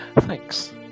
Thanks